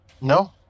No